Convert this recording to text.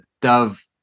Dove